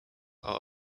are